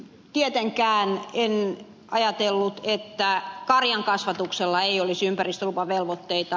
tietenkään en ajatellut että karjankasvatuksella ei olisi ympäristölupavelvoitteita